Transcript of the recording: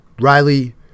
Riley